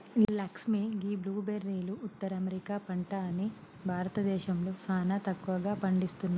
లక్ష్మీ గీ బ్లూ బెర్రీలు ఉత్తర అమెరికా పంట అని భారతదేశంలో సానా తక్కువగా పండిస్తున్నారు